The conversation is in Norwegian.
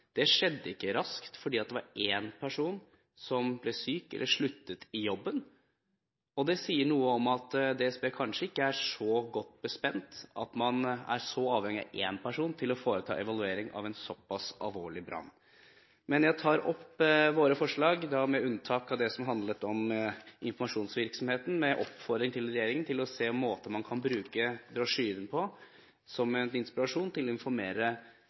Det skjedde ikke raskt, fordi det var én person som ble syk eller sluttet i jobben. Det sier noe om at DSB kanskje ikke er så godt bemannet, når man er så avhengig av én person til å foreta evaluering av en såpass alvorlig brann. Jeg tar opp våre forslag, med unntak av det forslaget som handlet om informasjonsvirksomheten, med en oppfordring til regjeringen om å se måter å bruke brosjyren på som en inspirasjon til å informere